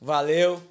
Valeu